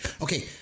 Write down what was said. Okay